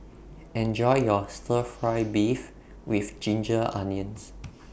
Enjoy your Stir Fry Beef with Ginger Onions